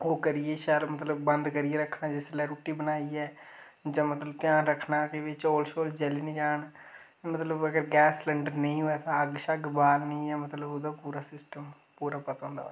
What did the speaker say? ओह् करियै शैल मतलब बंद करियै रक्खना रुट्टी बनाइयै चीजां मतलब ध्यान रक्खना चौल शौल जली निं जान पर अगर गैस स्लैंडर नेईं तां अग्ग शग्ग बालनी मतलब पूरा सिस्टम पूरा पता ऐ